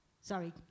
Sorry